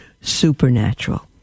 supernatural